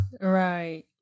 Right